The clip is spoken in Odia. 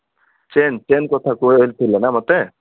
ଚେନ୍ ଚେନ୍ କଥା କୁହା ହେଇଥିଲେ ନା ମୋତେ